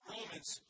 Romans